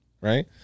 Right